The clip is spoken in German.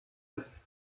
ist